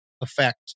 effect